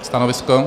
Stanovisko?